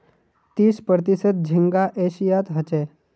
तीस प्रतिशत झींगा एशियात ह छे